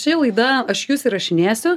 ši laida aš jus įrašinėsiu